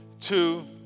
two